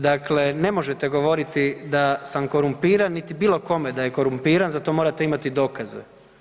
Dakle, ne možete govoriti da sam korumpiran, niti bilo kome da je korumpiran, za to morate imati dokaze.